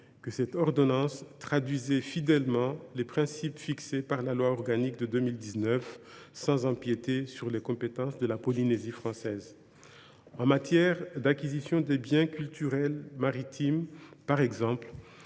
que cette ordonnance traduisait fidèlement les principes fixés par la loi organique de 2019, sans empiéter sur les compétences de la Polynésie française. Ainsi, en matière d’acquisition des biens culturels maritimes, l’ordonnance